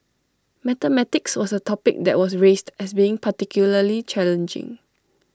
mathematics was A topic that was raised as being particularly challenging